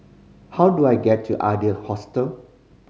how do I get to Adler Hostel